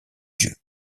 dieu